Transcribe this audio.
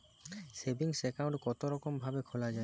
Saving account কতরকম ভাবে খোলা য়ায়?